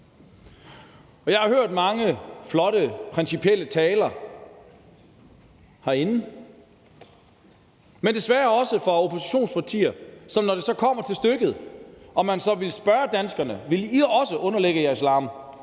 Jeg har hørt mange flotte principielle taler herinde, men desværre også fra oppositionspartier, som når det kommer til stykket og de bliver spurgt, om de vil spørge danskerne, om de også vil underlægge sig islam,